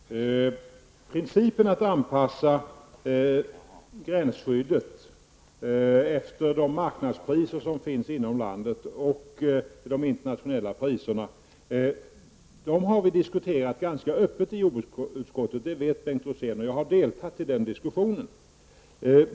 Herr talman! Principen att anpassa gränsskyddet efter de marknadspriser som finns inom landet och de internationella priserna har vi ganska öppet diskuterat i jordbruksutskottet -- det vet Bengt Rosén. Jag har deltagit i den diskussionen.